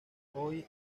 hoy